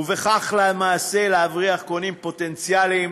ובכך למעשה להבריח קונים פוטנציאליים